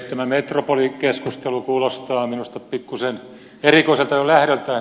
tämä metropolikeskustelu kuulostaa minusta pikkuisen erikoiselta jo lähdöltään